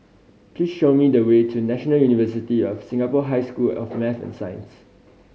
please show me the way to National University of Singapore High School of Math and Science